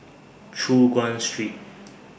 Choon Guan Street